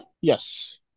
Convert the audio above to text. Yes